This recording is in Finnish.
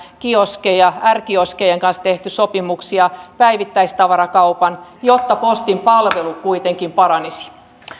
kioskeja r kioskien kanssa on tehty sopimuksia päivittäistavarakaupan jotta postin palvelu kuitenkin paranisi